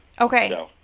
Okay